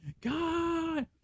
God